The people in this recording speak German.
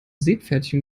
seepferdchen